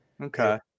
Okay